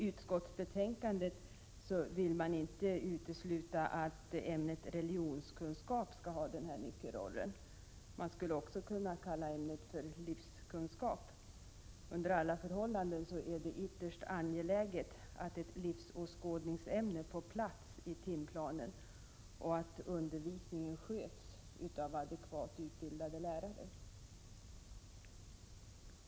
Utbildningsutskottet vill inte utesluta att ämnet religionskunskap skall ha den här nyckelrollen. Man skulle också kunna kalla ämnet livskunskap. Under alla förhållanden är det ytterst angeläget att ett livsåskådningsämne får plats i timplanen och att undervisningen sköts av adekvat utbildade lärare.